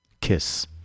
kiss